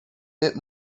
bit